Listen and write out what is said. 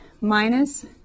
minus